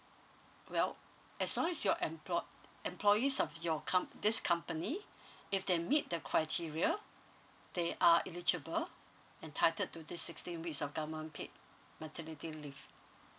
well as long as your employ~ employees of your com~ this company if they meet the criteria they are eligible entitled to this sixteen week of government paid maternity leave